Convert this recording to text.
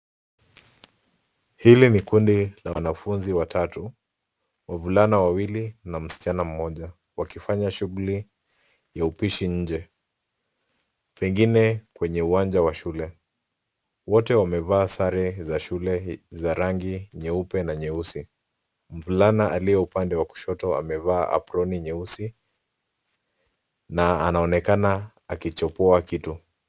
Hili ni kundi la wanafunzi watatu, wavulana wawili na msichana mmoja. Wakifanya shughuli ya upishi nje. Pengine kwenye uwanja wa shule. Wote wamevaa sare za shule za rangi nyeupe na nyeusi. Mvulana aliye upande wa kushoto amevaa aproni nyeusi, na anaonekana akichopoa kitu.